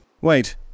Wait